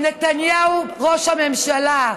נתניהו, ראש הממשלה,